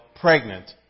pregnant